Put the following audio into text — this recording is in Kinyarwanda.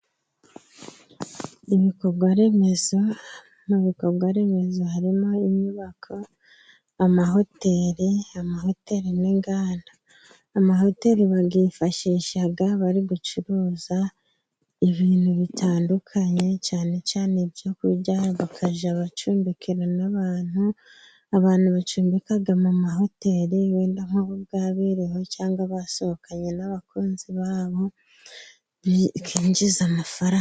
Ibikorwaremezo; mu bikorwaremezo harimo: inyubako amahoteli; amahoteli n' inganda. Amahoteli bayifashisha bari gucuruza ibintu bitandukanye cyane cyane ibyo kurya, bajya bacumbikimo n' abantu. Abantu bacumbika mu mahoteli wenda habereyemo ubukwe cyangwa basohokanye n' abakunzi babo bakinjiza amafaranga.